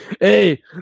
Hey